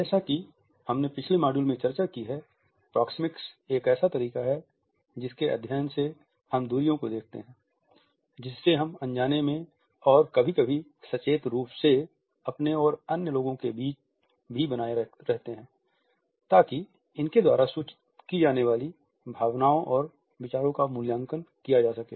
जैसा कि हमने पिछले मॉड्यूल में चर्चा की है प्रॉक्सिमिक्स एक ऐसा तरीका है जिसके माध्यम से हम दूरियों को देखते हैं जिससे हम अनजाने में और कभी कभी सचेत रूप से अपने और अन्य लोगों के बीच भी बनाए रहते हैं ताकि इनके द्वारा सूचित की जाने वाली भावनाओं और विचारों का मूल्यांकन किया जा सके